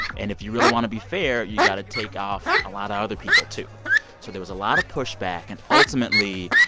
and if you really want to be fair, you got to take off a lot of other people, too. so there was a lot of pushback and ultimately